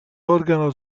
organo